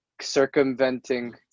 circumventing